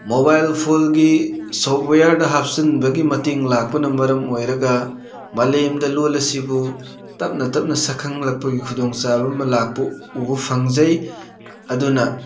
mobile ꯐꯣꯜꯒꯤ ꯁꯣꯞꯋꯦꯌꯥꯔꯗ ꯍꯥꯞꯆꯟꯕꯒꯤ ꯃꯇꯦꯡ ꯂꯥꯛꯄꯅ ꯃꯔꯝ ꯑꯣꯏꯔꯒ ꯃꯥꯂꯦꯝꯗ ꯂꯣꯜ ꯑꯁꯤꯕꯨ ꯇꯞꯅ ꯇꯞꯅ ꯁꯛꯈꯪꯂꯛꯄꯒꯤ ꯈꯨꯗꯣꯡꯆꯥꯕ ꯑꯃ ꯂꯥꯛꯄ ꯎꯕ ꯐꯪꯖꯩ ꯑꯗꯨꯅ